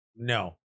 No